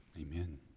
Amen